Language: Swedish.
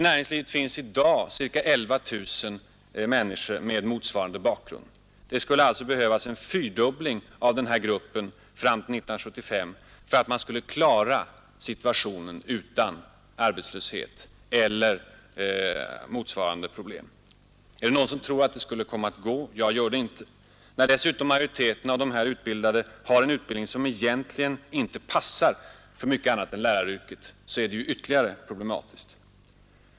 Där finns i dag ca 11 000 människor med motsvarande bakgrund. Det skulle alltså behövas en fyrdubbling av den gruppen fram till 1975 för att man skall klara situationen utan arbetslöshet eller motsvarande problem. Är det någon som tror att det kan gå? Jag gör det inte. När dessutom majoriteten av dessa utbildade har en utbildning som egentligen inte passar för mycket annat än läraryrket är det ytterligare problematiskt.